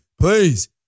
please